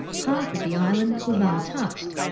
half of the island was untouched.